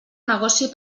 negoci